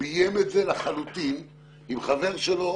ביים את זה לחלוטין עם חבר שלו